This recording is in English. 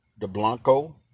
DeBlanco